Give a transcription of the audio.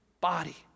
body